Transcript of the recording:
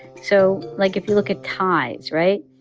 so, like, if you look at ties right?